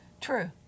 True